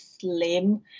slim